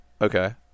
Okay